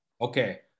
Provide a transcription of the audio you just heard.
Okay